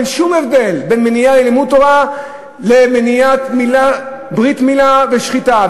אין שום הבדל בין מניעה של לימוד תורה למניעת ברית מילה ושחיטה.